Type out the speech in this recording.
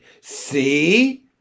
See